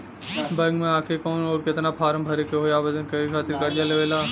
Bank मे आ के कौन और केतना फारम भरे के होयी आवेदन करे के खातिर कर्जा लेवे ला?